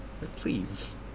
Please